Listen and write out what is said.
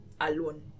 alone